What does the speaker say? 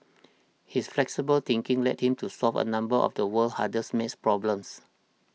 his flexible thinking led him to solve a number of the world's hardest math problems